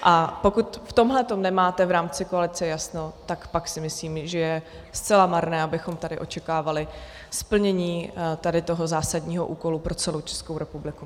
A pokud v tomhle tom nemáte v rámci koalice jasno, tak pak si myslím, že je zcela marné, abychom tady očekávali splnění tohoto zásadního úkolu pro celou Českou republiku.